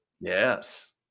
yes